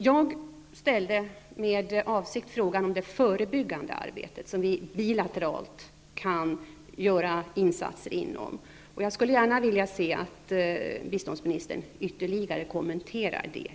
Jag ställde med avsikt frågan om det förebyggande arbetet, inom vilket vi bilateralt kan göra insatser. Jag skulle gärna vilja att biståndsministern något ytterligare kommenterade detta.